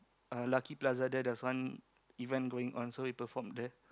uh Lucky-Plaza there there's one event going on so we performed there